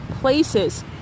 places